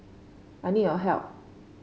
I need your help